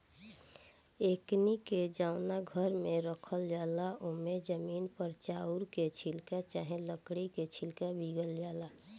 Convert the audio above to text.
एकनी के जवना घर में राखल जाला ओमे जमीन पर चाउर के छिलका चाहे लकड़ी के छिलका बीगल जाला